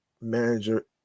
manager